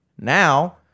Now